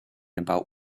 about